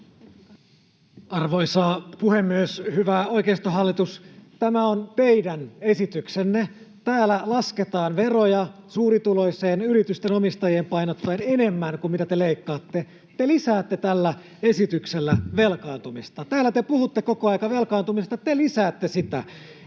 Arvoisa puhemies! Hyvä oikeistohallitus, tämä on teidän esityksenne. Täällä lasketaan veroja — suurituloisiin, yritysten omistajiin painottuen — enemmän kuin mitä te leikkaatte. Te lisäätte tällä esityksellä velkaantumista. Täällä te puhutte koko aika velkaantumisesta; te lisäätte sitä.